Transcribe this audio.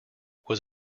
was